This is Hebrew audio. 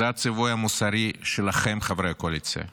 זה הציווי המוסרי שלכם, חברי הקואליציה,